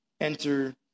enter